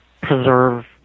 preserve